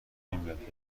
نمیاد